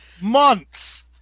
months